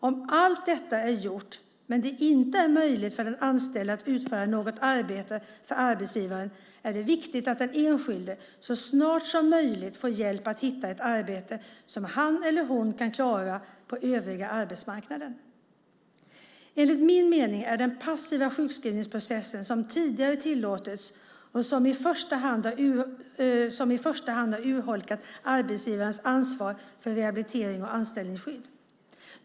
Om allt detta är gjort men det inte är möjligt för den anställde att utföra något arbete för arbetsgivaren är det viktigt att den enskilde så snart som möjligt får hjälp med att hitta ett arbete som han eller hon kan klara på den övriga arbetsmarknaden. Enligt min mening är det den passiva sjukskrivningsprocess som tidigare tillåtits som i första hand har urholkat arbetsgivarens ansvar för rehabilitering och anställningsskydd.